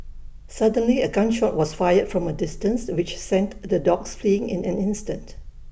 suddenly A gun shot was fired from A distance which sent the dogs fleeing in an instant